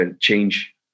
change